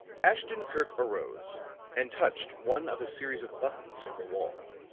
ashton-kirk arose and touched one of a series of buttons in the wall.